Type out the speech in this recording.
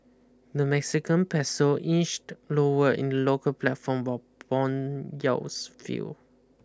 the Mexican peso inched lower in the local platform while bond yields fell